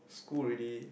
school already